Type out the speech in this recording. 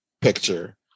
picture